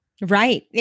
Right